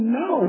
no